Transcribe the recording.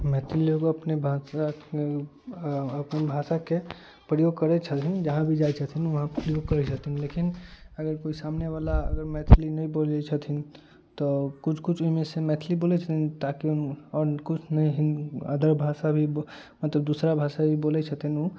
मैथिल लोक अपन भाषा अपन भाषाके प्रयोग करै छथिन जहाँ भी जाइ छथिन वहाँ प्रयोग करै छथिन लेकिन अगर कोइ सामने बला अगर मैथिली नहि बोलै छथिन तऽ किछु किछु ओहिमेसँ मैथिली बोलै छथिन ताकि आओर किछु नहि हिन्दी अदर भाषा भी मतलब दूसरा भाषा भी बोलै छथिन ओ